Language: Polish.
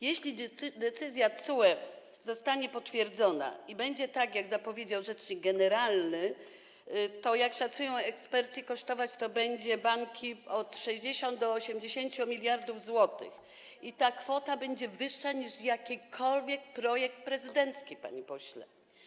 Jeśli decyzja TSUE zostanie potwierdzona i będzie tak, jak zapowiedział rzecznik generalny, to jak szacują eksperci kosztować to będzie banki od 60 do 80 mld zł i ta kwota będzie wyższa niż przewiduje jakikolwiek projekt prezydencki, panie pośle.